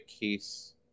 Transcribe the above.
case